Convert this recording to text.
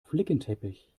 flickenteppich